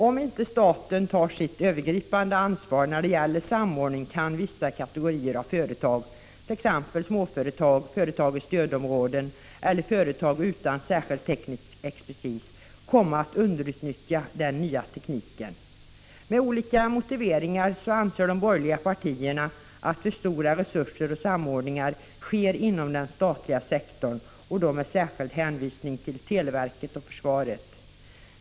Om inte staten tar sitt övergripande ansvar när det gäller samordning kan vissa kategorier av företag, t.ex. småföretag i stödområden och företag utan särskild teknisk expertis, komma att underutnyttja den nya tekniken. Med olika motiveringar anser de borgerliga partierna att för stora resurser för samordning finns inom den statliga sektorn — med särskild hänvisning till televerket och försvaret.